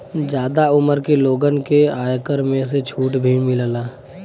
जादा उमर के लोगन के आयकर में से छुट भी मिलला